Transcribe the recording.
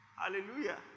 Hallelujah